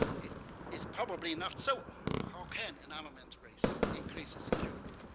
it is probably not so. how can an armaments race increase security?